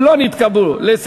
לא נתקבלה.